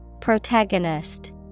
Protagonist